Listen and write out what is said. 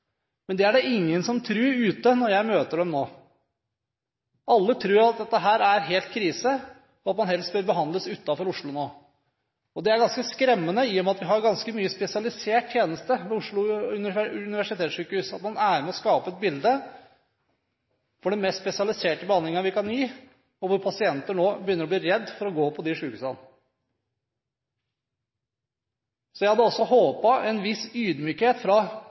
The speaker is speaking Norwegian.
men det er det ingen ute som tror når jeg møter dem nå. Alle tror at dette er helt krise, og at man helst bør behandles utenfor Oslo nå. Det er ganske skremmende – i og med at vi har ganske mye spesialisert tjeneste ved Oslo universitetssykehus – at man er med på å skape et bilde av den mest spesialiserte behandlingen vi kan gi, slik at pasienter nå begynner å bli redde for å dra til de sykehusene. Så jeg hadde håpet på en viss ydmykhet fra